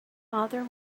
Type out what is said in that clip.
father